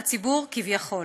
כביכול.